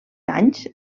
anys